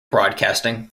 broadcasting